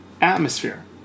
atmosphere